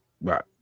Right